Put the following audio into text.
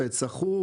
בית סחו,